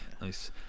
Nice